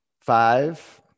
five